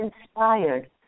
inspired